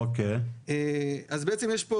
אז יש פה